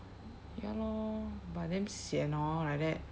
ya lor but damn sian hor like that